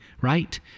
Right